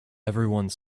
everyone